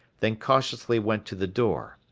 then cautiously went to the door.